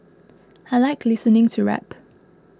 I like listening to rap